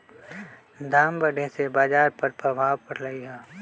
दाम बढ़े से बाजार पर प्रभाव परलई ह